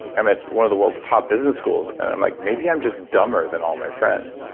i'm at one of the world's top business schools and i'm like maybe i'm just dumber than all my friends,